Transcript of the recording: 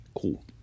Cool